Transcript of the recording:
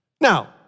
Now